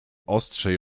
ostrzej